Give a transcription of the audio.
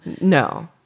no